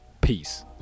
Peace